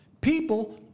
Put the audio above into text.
People